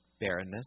barrenness